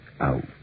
out